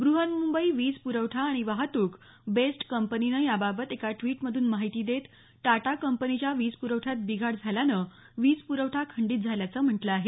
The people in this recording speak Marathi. ब्रहन्मुंबई वीज पुरवठा आणि वाहतुक बेस्ट कंपनीनं याबाबत एका ड्विटमधून माहिती देत टाटा कंपनीच्या वीज पुरवठ्यात बिघाड झाल्यानं वीज पुरवठा खंडीत झाल्याचं म्हटलं आहे